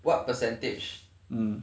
what percentage